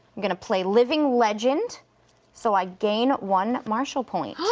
gonna play living legend so i gain one marshal point.